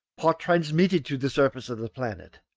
part transmitted to the surface of the planet.